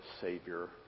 Savior